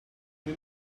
you